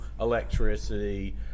electricity